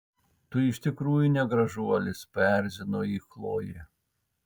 tu iš tikrųjų ne gražuolis paerzino jį chlojė